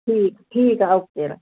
ਠੀਕ ਠੀਕ ਆ ਓਕੇ ਆ